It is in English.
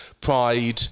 pride